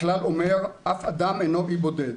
הכלל אומר שאף אדם אינו אי בודד.